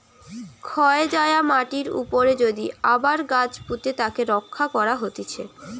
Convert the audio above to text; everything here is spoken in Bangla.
ক্ষয় যায়া মাটির উপরে যদি আবার গাছ পুঁতে তাকে রক্ষা করা হতিছে